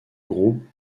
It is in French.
groupe